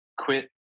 quit